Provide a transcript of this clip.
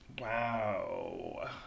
Wow